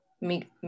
meet